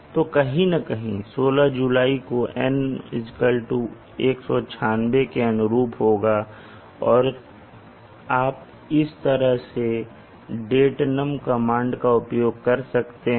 तो कहीं न कहीं 16 जुलाई को N196 के अनुरूप होगा या आप इस तरह से datenum कमांड का उपयोग कर सकते हैं